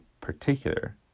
particular